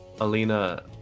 Alina